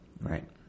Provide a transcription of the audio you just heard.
right